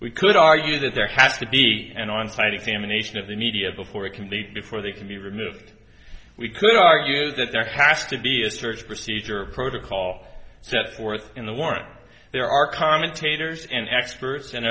we could argue that there have to be an on site examination of the media before complete before they can be removed we could argue that there has to be a church procedure protocol set forth in the warrant there are commentators and experts